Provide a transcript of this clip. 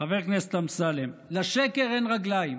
חבר הכנסת אמסלם, לשקר אין רגליים.